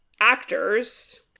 actors